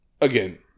again